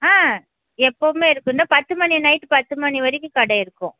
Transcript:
ஆ எப்போவுமே இருக்கும் இந்தோ பத்து மணி நைட்டு பத்து மணி வரைக்கும் கடை இருக்கும்